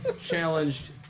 challenged